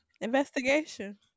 investigation